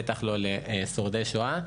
בטח לא לשורדי שואה,